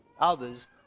others